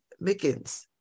Mickens